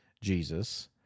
Jesus